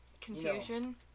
Confusion